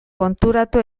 konturatu